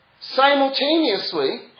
simultaneously